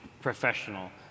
professional